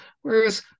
whereas